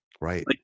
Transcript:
Right